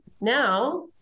now